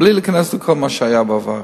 בלי להיכנס לכל מה שהיה בעבר,